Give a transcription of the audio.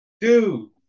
Dude